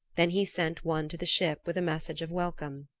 then he sent one to the ship with a message of welcome.